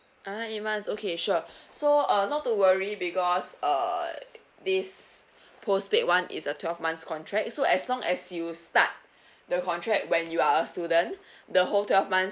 ah eight months okay sure so uh not to worry because uh this postpaid [one] is a twelve months contract so as long as you start the contract when you are student the whole twelve months